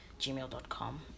gmail.com